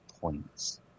points